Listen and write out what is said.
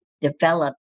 develop